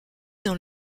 dans